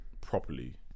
properly